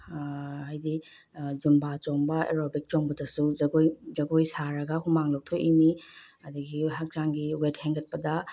Zumba ꯆꯣꯡꯕ aerobic ꯆꯣꯡꯕꯗꯁꯨ ꯖꯒꯣꯏ ꯖꯒꯣꯏ ꯁꯥꯔꯒ ꯍꯨꯃꯥꯡ ꯂꯧꯊꯣꯛꯏꯅꯤ ꯑꯗꯒꯤ ꯍꯛꯆꯥꯡꯒꯤ ꯋꯦꯠ ꯍꯦꯟꯒꯠꯄꯗ